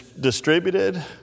distributed